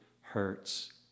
hurts